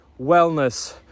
wellness